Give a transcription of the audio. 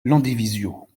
landivisiau